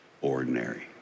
Ordinary